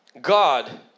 God